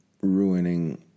ruining